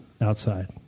outside